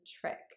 trick